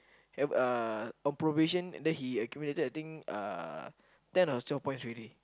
have uh on probation then he accumulated I think uh ten or twelve points already